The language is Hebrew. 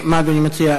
מה אדוני מציע?